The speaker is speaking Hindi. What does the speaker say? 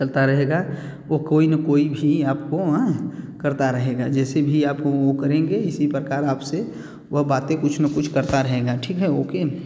चलता रहेगा वो कोई ना कोई भी आपको वहाँ करता रहेगा जैसे भी आप वो करेंगे उसी प्रकार आप से वह बातें कुछ ना कुछ करता रहेगा ठीक है ओके